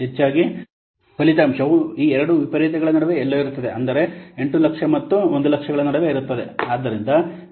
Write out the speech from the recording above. ಹೆಚ್ಚಾಗಿ ಫಲಿತಾಂಶವು ಈ ಎರಡು ವಿಪರೀತ ವಿಪರೀತಗಳ ನಡುವೆ ಎಲ್ಲೋ ಇರುತ್ತದೆ ಅಂದರೆ 800000 ಮತ್ತು ಈ 100000 ಗಳ ನಡುವೆ ಇರುತ್ತದೆ